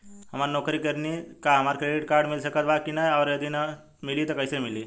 हम नौकरी करेनी त का हमरा क्रेडिट कार्ड मिल सकत बा की न और यदि मिली त कैसे मिली?